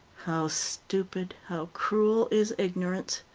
how stupid, how cruel is ignorance!